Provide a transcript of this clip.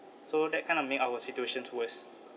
so that kind of make our situations worse